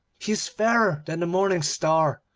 she is fairer than the morning star,